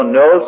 no